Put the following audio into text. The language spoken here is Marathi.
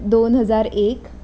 दोन हजार एक